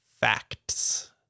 facts